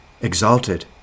exalted